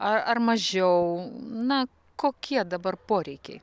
a ar mažiau na kokie dabar poreikiai